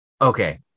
Okay